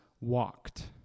walked